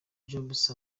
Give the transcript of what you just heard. jobs